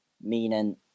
meaning